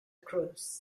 cruz